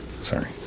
Sorry